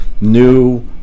new